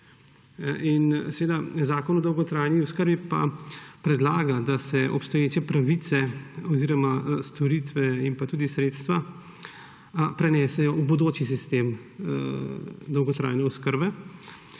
pravic. Zakon o dolgotrajni oskrbi pa predlaga, da se obstoječe pravice oziroma storitve in tudi sredstva prenesejo v bodoči sistem dolgotrajne oskrbe.